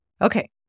Okay